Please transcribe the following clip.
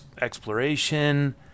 exploration